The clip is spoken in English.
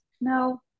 No